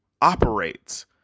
operates